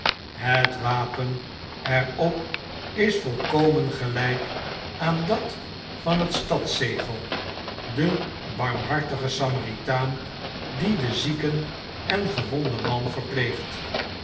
het wapen er op is volkomen gelijk aan dat van het stadszegel de barmhartige samaritaan die den zieken en gewonden man verpleegt